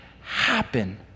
happen